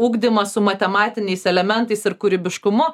ugdymas su matematiniais elementais ir kūrybiškumu